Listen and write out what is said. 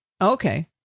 Okay